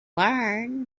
learn